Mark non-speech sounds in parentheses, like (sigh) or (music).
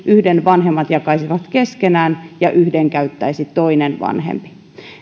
(unintelligible) yhden vanhemmat jakaisivat keskenään ja yhden käyttäisi toinen vanhempi